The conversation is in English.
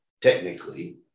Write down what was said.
technically